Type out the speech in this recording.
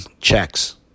checks